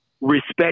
respect